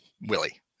Willie